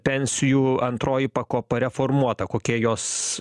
pensijų antroji pakopa reformuota kokie jos